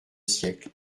siècle